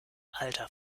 alter